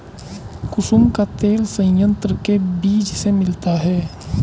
कुसुम का तेल संयंत्र के बीज से मिलता है